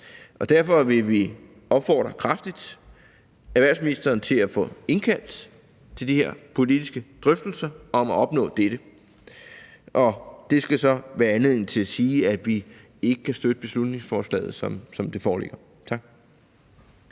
Derfor vil vi kraftigt opfordre erhvervsministeren til at få indkaldt til de her politiske drøftelser om at opnå dette. Det skal så være anledning til at sige, at vi ikke kan støtte beslutningsforslaget, som det foreligger. Tak.